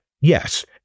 yes